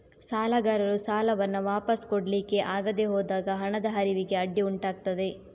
ಸಾಲಗಾರರು ಸಾಲವನ್ನ ವಾಪಸು ಕೊಡ್ಲಿಕ್ಕೆ ಆಗದೆ ಹೋದಾಗ ಹಣದ ಹರಿವಿಗೆ ಅಡ್ಡಿ ಉಂಟಾಗ್ತದೆ